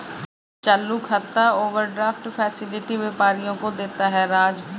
चालू खाता overdraft facility व्यापारियों को देता है राज